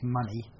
money